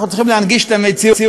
אנחנו צריכים להנגיש את המציאות,